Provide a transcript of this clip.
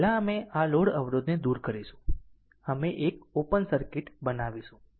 પહેલા અમે આ લોડ અવરોધને દૂર કરીશું અમે એક ઓપન સર્કિટ બનાવીશું